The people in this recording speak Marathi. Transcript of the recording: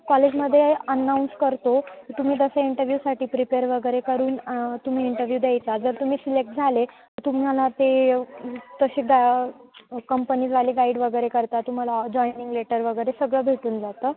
कॉलेजमध्ये अनाऊन्स करतो तुम्ही तसं इंटरव्ह्यूसाठी प्रिपेअर वगैरे करून तुम्ही इंटरव्यू द्यायचा जर तुम्ही सिलेक्ट झाले तर तुम्हाला ते तसे गा कंपनीजवाले गाईड वगैरे करता तुम्हाला जॉईनिंग लेटर वगैरे सगळं भेटून जातं